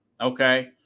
Okay